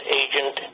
agent